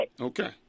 Okay